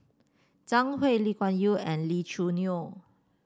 Zhang Hui Lee Kuan Yew and Lee Choo Neo